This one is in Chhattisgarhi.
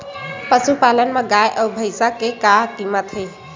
पशुपालन मा गाय अउ भंइसा के का कीमत हे?